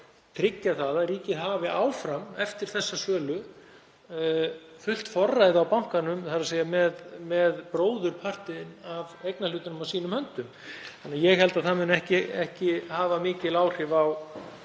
tryggja það að ríkið hafi áfram eftir þessa sölu fullt forræði á bankanum með bróðurpartinn af eignarhlutanum á sinni hendi. Ég held að það muni ekki hafa mikil áhrif á